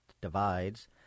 Divides